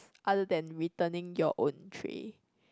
other than returning your own tray